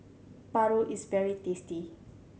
paru is very tasty